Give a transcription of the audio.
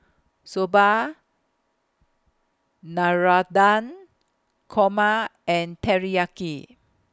Soba Navratan Korma and Teriyaki